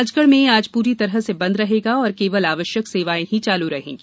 राजगढ़ में आज पूरी तरह से बंद रहेगा और केवल आवश्यक सेवाएं ही चालू रहेंगी